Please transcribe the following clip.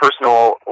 personal